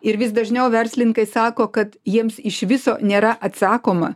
ir vis dažniau verslininkai sako kad jiems iš viso nėra atsakoma